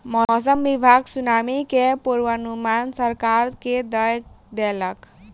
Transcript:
मौसम विभाग सुनामी के पूर्वानुमान सरकार के दय देलक